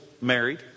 married